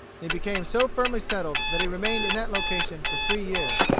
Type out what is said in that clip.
and he became so firmly settled that he remained in that location for three years.